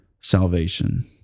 salvation